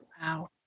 Wow